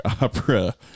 opera